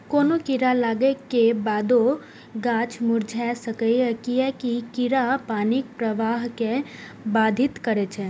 कोनो कीड़ा लागै के बादो गाछ मुरझा सकैए, कियैकि कीड़ा पानिक प्रवाह कें बाधित करै छै